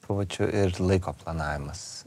tuo pačiu ir laiko planavimas